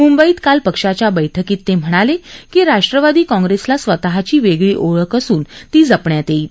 मुंबईत काल पक्षाच्या बस्कीत ते म्हणाले की राष्ट्रवादी काँप्रेसला स्वतःची वेगळी ओळख असून ती जपण्यात येईल